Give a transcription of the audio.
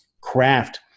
craft